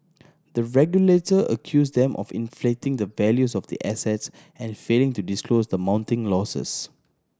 the regulator accused them of inflating the values of the assets and failing to disclose the mounting losses